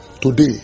Today